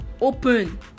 open